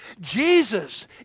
Jesus